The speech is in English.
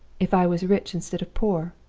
if i was rich instead of poor?